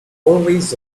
hallways